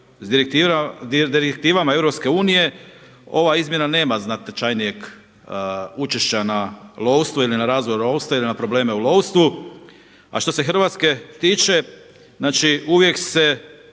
sa direktivama EU ova izmjena nema značajnijeg učešća na lovstvo ili na razvoj lovstva ili na probleme u lovstvu. A što se Hrvatske tiče, znači uvijek se